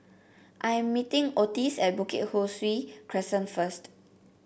I am meeting Otis at Bukit Ho Swee Crescent first